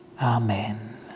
Amen